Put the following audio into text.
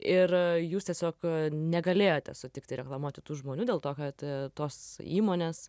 ir jūs tiesiog negalėjote sutikti reklamuoti tų žmonių dėl to kad tos įmonės